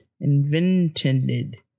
Invented